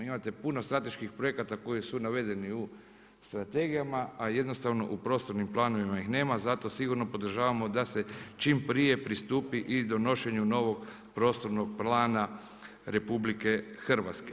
Imate puno strateških projekata koji su navedeni u strategijama, a jednostavno u prostornim planovima ih nema, zato sigurno podržavamo da se čim prije pristupi i donošenju novog prostornog plana RH.